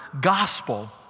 gospel